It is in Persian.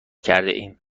کردهایم